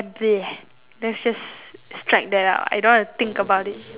that's just strike that out I don't want to think about it